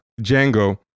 Django